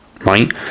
right